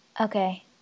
Okay